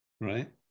Right